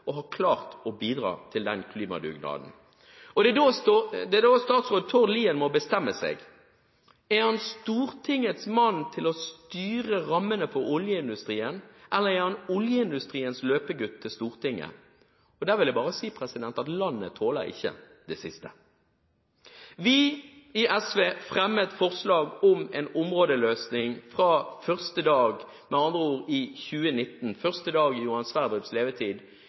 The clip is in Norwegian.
og har klart å bidra til den klimadugnaden. Det er da statsråd Tord Lien må bestemme seg. Er han Stortingets mann til å styre rammene for oljeindustrien, eller er han oljeindustriens løpegutt til Stortinget? Der vil jeg bare si at landet tåler ikke det siste. Vi i SV fremmet forslag om en områdeløsning fra første dag, med andre ord i 2019, første dag i Johan Sverdrups levetid,